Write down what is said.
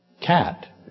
cat